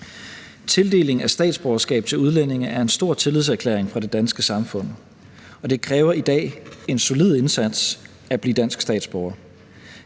Tildeling af statsborgerskab til udlændinge er en stor tillidserklæring fra det danske samfund, og det kræver i dag en solid indsats at blive dansk statsborger.